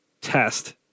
test